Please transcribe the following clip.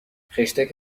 خشتک